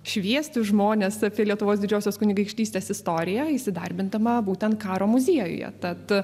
šviesti žmones apie lietuvos didžiosios kunigaikštystės istoriją įsidarbindama būtent karo muziejuje tad